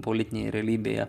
politinėje realybėje